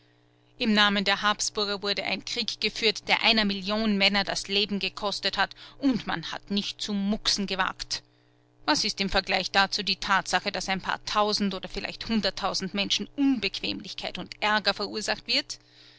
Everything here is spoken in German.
im namen der habsburger wurde ein krieg geführt der einer million männer das leben gekostet hat und man hat nicht zu mucksen gewagt was ist im vergleich dazu die tatsache daß ein paar tausend oder vielleicht hunderttausend menschen unbequemlichkeit und aerger verursacht wird